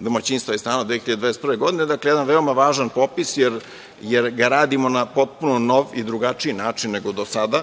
domaćinstava i stanova 2021. godine. Dakle, jedan veoma važan popis, jer ga radimo na potpuno nov i drugačiji način nego do sada.